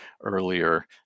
earlier